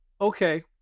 okay